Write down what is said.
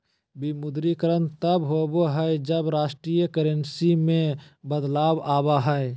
विमुद्रीकरण तब होबा हइ, जब राष्ट्रीय करेंसी में बदलाव आबा हइ